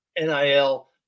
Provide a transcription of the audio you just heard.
NIL